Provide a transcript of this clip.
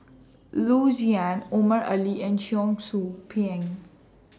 Loo Zihan Omar Ali and Cheong Soo Pieng